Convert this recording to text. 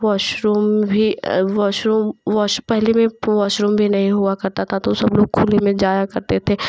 washroom भी washroom wash पहले washroom भी नहीं हुआ करता था तो सब लोग खुले मे जाया करते थे